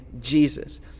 Jesus